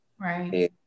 Right